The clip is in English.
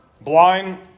blind